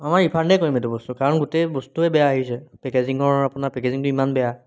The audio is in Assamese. অঁ মই ৰিফাণ্ডেই কৰিম এইটো বস্তু কাৰণ গোটেই বস্তুৱেই বেয়া আহিছে পেকেজিঙৰ আপোনাৰ পেকেজিংটো ইমান বেয়া